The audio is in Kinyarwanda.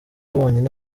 bonyine